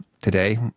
today